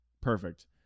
Perfect